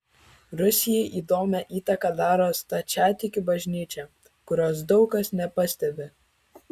rusijai įdomią įtaką daro stačiatikių bažnyčia kurios daug kas nepastebi